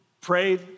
prayed